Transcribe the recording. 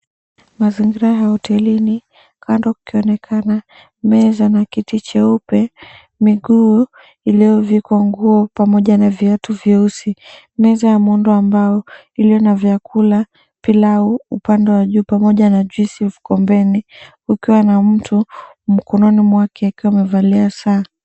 Mazingira ya hotelini, kando kukionekana meza na kiti cheupe, miguu iliyovikwa nguo pamoja na viatu vyeusi. Meza ya muundo wa mbao iliyo na vyakula, pilau upande wa juu pamoja na juicy ikiwa vikombeni kukiwa na mtu mkononi mwake akiwa amevalia saa.